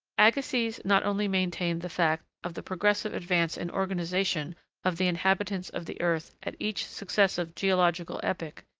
agassiz not only maintained the fact of the progressive advance in organisation of the inhabitants of the earth at each successive geological epoch,